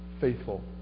faithful